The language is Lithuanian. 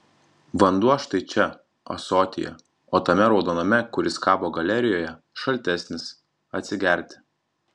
vanduo štai čia ąsotyje o tame raudoname kuris kabo galerijoje šaltesnis atsigerti